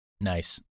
Nice